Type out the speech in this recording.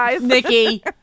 Nikki